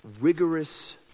rigorous